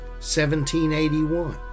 1781